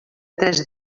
tres